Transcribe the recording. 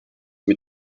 mit